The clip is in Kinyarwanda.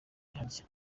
kurya